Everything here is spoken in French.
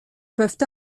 peuvent